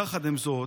יחד עם זאת,